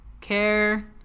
care